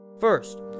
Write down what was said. First